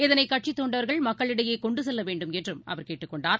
இதனைகட்சித் தொண்டர்கள் மக்களிடையேகொண்டுசெல்லவேண்டும் என்றும் அவர் கேட்டுக் கொண்டார்